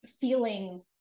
feeling